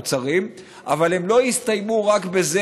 אבל הם לא יסתיימו רק בזה.